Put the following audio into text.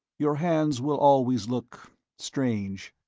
your hands will always look strange.